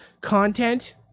content